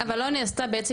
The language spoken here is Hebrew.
אבל לא נעשתה בעצם